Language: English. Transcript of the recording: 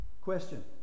Question